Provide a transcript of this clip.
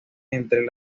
entre